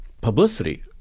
publicity